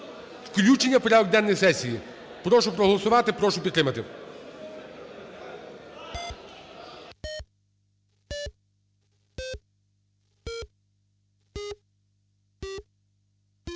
Включення у порядок денний сесії. Прошу проголосувати, прошу підтримати.